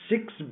six